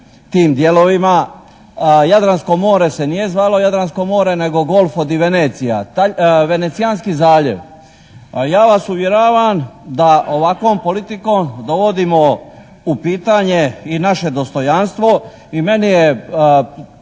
tim dijelovima, Jadransko more se nije zvalo Jadransko more nego Golfo di Venecia. Venecijanski zaljev. Ja vas uvjeravam da ovakvom politikom dovodimo u pitanje i naše dostojanstvo i meni je